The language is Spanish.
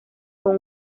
fue